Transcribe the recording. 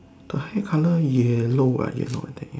the hair colour yellow uh yellow I think ya